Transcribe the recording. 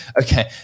Okay